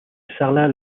sarlat